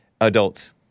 Adults